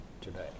today